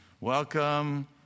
welcome